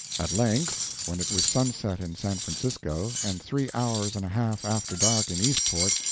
at length, when it was sunset in san francisco, and three hours and a half after dark in eastport,